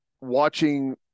watching